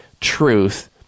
truth